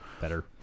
Better